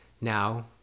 now